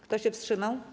Kto się wstrzymał?